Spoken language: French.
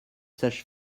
sages